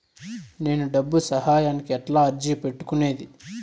నేను డబ్బు సహాయానికి ఎట్లా అర్జీ పెట్టుకునేది?